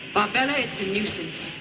barbella, it's a nuisance.